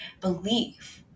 belief